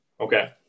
Okay